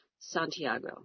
Santiago